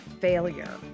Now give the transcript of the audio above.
failure